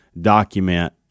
document